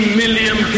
million